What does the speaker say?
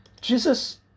Jesus